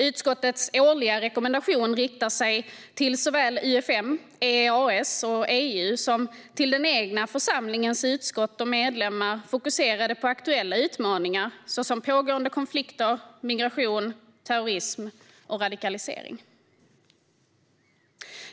Utskottets årliga rekommendation riktar sig till såväl UfM, EEAS och EU som till den egna församlingens utskott och medlemmar fokuserade på aktuella utmaningar såsom pågående konflikter, migration, terrorism och radikalisering.